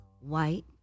white